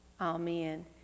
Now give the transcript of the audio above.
Amen